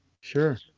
Sure